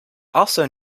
also